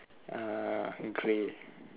uh grey